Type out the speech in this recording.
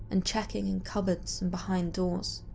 and checking in cupboards and behind doors.